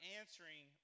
answering